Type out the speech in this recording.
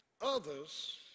others